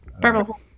Purple